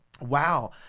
wow